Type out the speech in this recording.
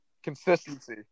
consistency